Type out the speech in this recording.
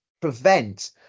prevent